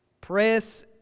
Press